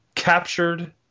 Captured